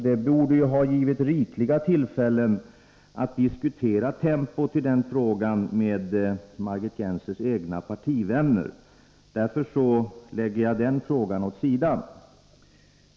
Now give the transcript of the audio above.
Detta borde ju ha givit henne rikliga tillfällen att diskutera den frågan med sina egna partivänner. Av detta skäl lägger jag den frågan åt sidan.